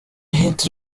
hit